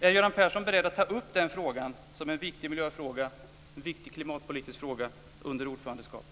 Är Göran Persson beredd att ta upp den frågan som en viktig miljöfråga och en viktig klimatpolitisk fråga under ordförandeskapet?